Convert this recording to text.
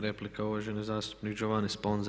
Replika uvaženi zastupnik Giovanni Sponza.